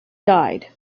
died